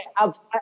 outside